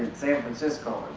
san francisco